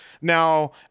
now